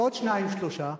ועוד שניים-שלושה,